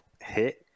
hit